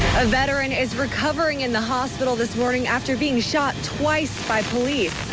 a veteran is recovering in the hospital this morning after being shot twice by police.